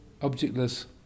objectless